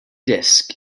disc